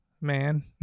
man